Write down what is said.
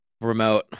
Remote